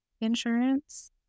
insurance